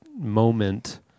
moment